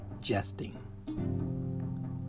jesting